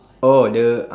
oh the